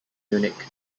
munich